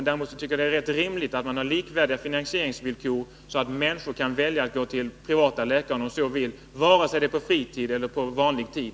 Däremot är det rätt rimligt att man har likvärdiga finansieringsvillkor inom privat och offentlig vård, så att människor kan välja att gå till privatläkare om de så vill, vare sig de privatpraktiserar på sin fritid eller på annan tid.